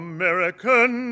American